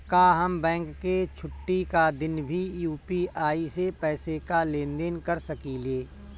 का हम बैंक के छुट्टी का दिन भी यू.पी.आई से पैसे का लेनदेन कर सकीले?